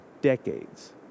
decades